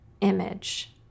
image